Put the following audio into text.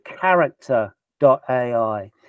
character.ai